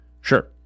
sure